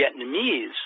Vietnamese